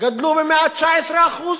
גדלו ב-114%.